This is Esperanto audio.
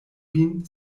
vin